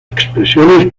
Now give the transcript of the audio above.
expresiones